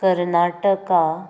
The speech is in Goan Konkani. कर्नाटका